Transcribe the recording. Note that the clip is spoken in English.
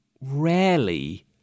rarely